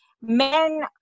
men